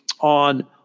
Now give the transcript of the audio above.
on